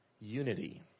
unity